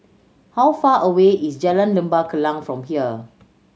how far away is Jalan Lembah Kallang from here